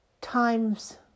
times